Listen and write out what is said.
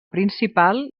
principal